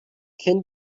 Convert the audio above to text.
kennen